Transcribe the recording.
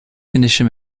condition